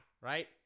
right